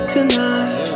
Tonight